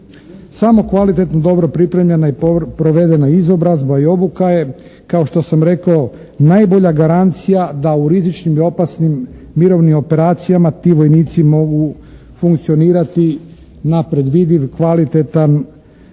Samo kvalitetno dobro pripremljena i provedena izobrazba i obuka je kao što sam rekao najbolja garancija da u rizičnim i opasnim mirovnim operacijama ti vojnici mogu funkcioniraju na predvidiv, kvalitetan